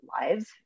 lives